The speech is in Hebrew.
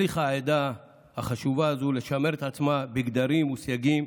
העדה החשובה הזו הצליחה לשמר את עצמה בגדרים וסייגים,